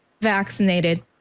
vaccinated